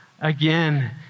again